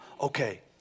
Okay